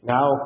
Now